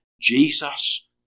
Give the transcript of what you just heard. Jesus